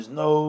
no